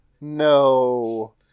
no